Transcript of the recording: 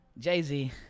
jay-z